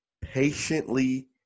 patiently